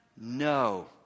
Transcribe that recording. No